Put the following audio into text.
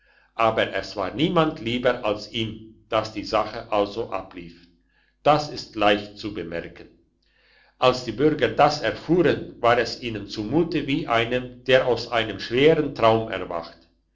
aber es war niemand lieber als ihm dass die sache also ablief das ist leicht zu bemerken als die bürger das erfuhren war es ihnen zumute wie einem der aus einem schweren traum erwacht